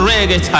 Reggae